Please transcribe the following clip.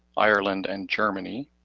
ireland, and germany.